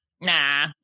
nah